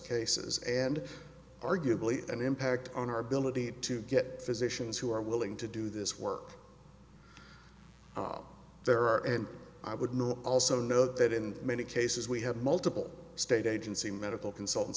cases and arguably an impact on our ability to get physicians who are willing to do this work there are and i would not also know that in many cases we have multiple state agency medical consultants